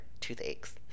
toothaches